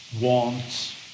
want